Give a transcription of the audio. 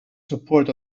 support